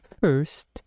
First